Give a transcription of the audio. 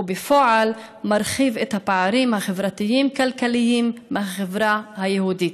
ובפועל מרחיב את הפערים החבריים-כלכליים מהחברה היהודית.